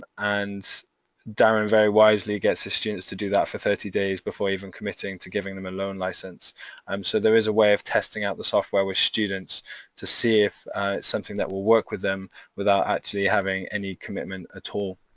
and darrin very wisely gets his students to do that for thirty days before even committing to giving them a loan licence um so there is a way of testing out the software with students to see if it's something that will work with them without actually having any commitment ah at all.